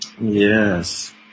Yes